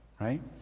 right